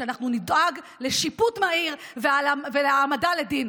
שאנחנו נדאג לשיפוט מהיר ולהעמדה לדין,